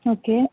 okay